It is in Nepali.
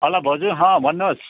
हलो भाउजू हँ भन्नुहोस्